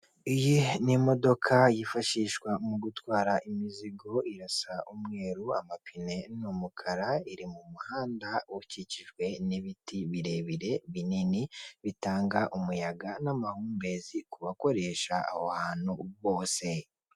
Iyi ni imodoka yifashishwa mu gutwara imizigo irasa umweru, amapine ni umukara, iri mu muhanda ukikijwe n'ibiti birebire binini, bitanga umuyaga n'amahumbezi ku bakoresha aho hantu bose.